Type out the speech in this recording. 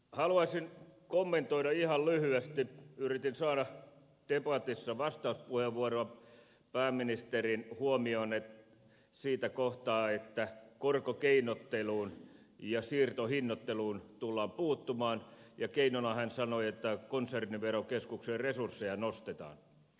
haluaisin kommentoida ihan lyhyesti yritin saada debatissa vastauspuheenvuoroa pääministerin huomiota siinä kohtaa että korkokeinotteluun ja siirtohinnoitteluun tullaan puuttumaan ja keinona hän sanoi että konserniverokeskuksen resursseja nostetaan